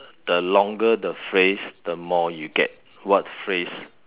the longer the phrase the more you get what phrase